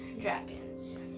dragons